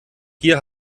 hier